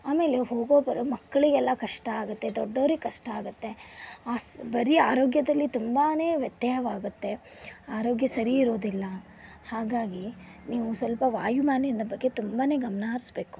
ಆಮೇಲೆ ಹೋಗೋ ಬರೋ ಮಕ್ಕಳಿಗೆಲ್ಲ ಕಷ್ಟ ಆಗುತ್ತೆ ದೊಡ್ಡವರಿಗೆ ಕಷ್ಟ ಆಗುತ್ತೆ ಆ ಬರೀ ಆರೋಗ್ಯದಲ್ಲಿ ತುಂಬಾನೆ ವ್ಯತ್ಯಯವಾಗುತ್ತೆ ಆರೋಗ್ಯ ಸರಿ ಇರೋದಿಲ್ಲ ಹಾಗಾಗಿ ನೀವು ಸ್ವಲ್ಪ ವಾಯುಮಾಲಿನ್ಯದ ಬಗ್ಗೆ ತುಂಬಾನೆ ಗಮನ ಹರಿಸಬೇಕು